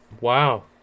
wow